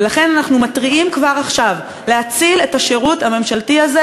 ולכן אנחנו מתריעים כבר עכשיו: להציל את השירות הממשלתי הזה,